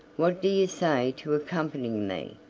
what do you say to accompanying me?